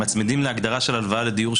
מצמידים להגדרה של הלוואה לדיור,